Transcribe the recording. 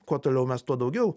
kuo toliau mes tuo daugiau